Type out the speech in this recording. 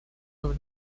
over